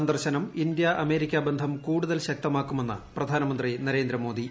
സന്ദർശനം India America ബന്ധം കൂടുതൽ ശക്തമാക്കുമെന്ന് പ്രധാനമന്ത്രി നരേന്ദ്രമോദി